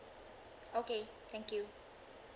okay thank you